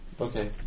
Okay